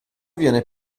viene